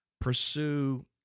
pursue